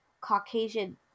Caucasian